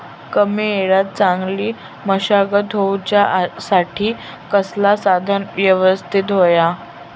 कमी वेळात चांगली मशागत होऊच्यासाठी कसला साधन यवस्तित होया?